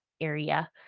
area